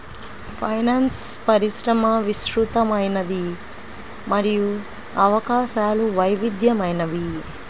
finance పరిశ్రమ విస్తృతమైనది మరియు అవకాశాలు వైవిధ్యమైనవి